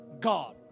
God